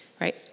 right